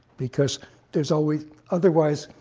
because there's always otherwise,